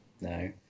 No